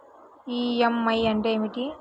EMI అంటే ఏమిటి?